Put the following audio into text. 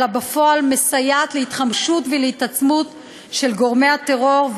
אלא בפועל מסייעת להתחמשות ולהתעצמות של גורמי הטרור,